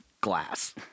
glass